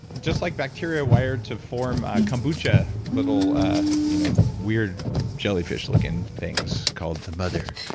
just like bacteria wired to form kombucha, little ah you know weird jellyfish-looking things called the mother,